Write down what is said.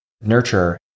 nurture